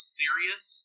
serious